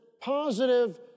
positive